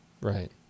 Right